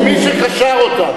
אז הפלישתים, או מי שקשר אותם?